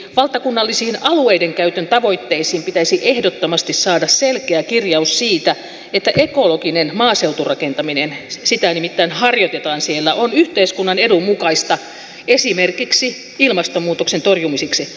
valtakunnallisiin alueiden käytön tavoitteisiin pitäisi ehdottomasti saada selkeä kirjaus siitä että ekologinen maaseuturakentaminen sitä nimittäin harjoitetaan siellä on yhteiskunnan edun mukaista esimerkiksi ilmastonmuutoksen torjumiseksi